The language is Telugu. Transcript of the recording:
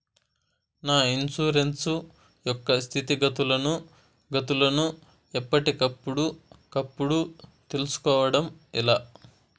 నా ఇన్సూరెన్సు యొక్క స్థితిగతులను గతులను ఎప్పటికప్పుడు కప్పుడు తెలుస్కోవడం ఎలా?